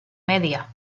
media